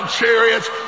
chariots